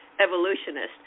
evolutionist